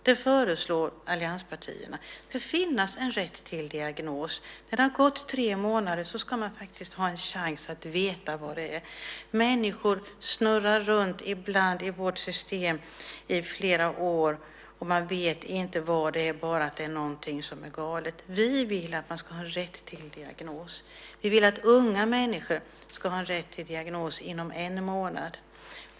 Det föreslår allianspartierna. Det ska finnas en rätt till diagnos. När det har gått tre månader ska man faktiskt ha en chans att veta vad det är. Människor snurrar ibland runt i vårt system i flera år, och man vet inte vad det är, bara att det är något som är galet. Vi vill att man ska ha rätt till diagnos. Vi vill att unga människor ska ha en rätt till diagnos inom en månad.